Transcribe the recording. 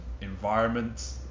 environment